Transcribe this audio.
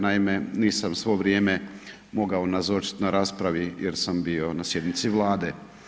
Naime, nisam svo vrijeme mogao nazočiti na raspravi jer sam bio na sjednici Vlade.